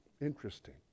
interesting